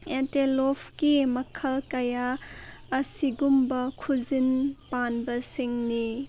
ꯑꯦꯟꯇꯦꯂꯣꯐꯀꯤ ꯃꯈꯜ ꯀꯌꯥ ꯑꯁꯤꯒꯨꯝꯕ ꯈꯨꯖꯤꯟ ꯄꯥꯟꯕꯁꯤꯡꯅꯤ